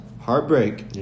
heartbreak